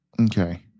Okay